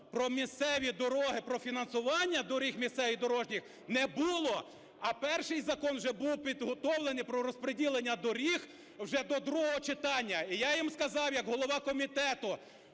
про місцеві дороги, про фінансування доріг місцевих і дорожніх не було, а перший закон вже був підготовлений, про розприділення доріг, вже до другого читання. І я їм сказав як голова комітету,